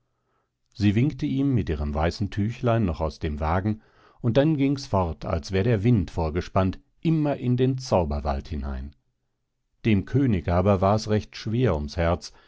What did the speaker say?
sie winkte ihm mit ihrem weißen tüchlein noch aus dem wagen und dann gings fort als wär der wind vorgespannt immer in den zauberwald hinein dem könig aber wars recht schwer ums herz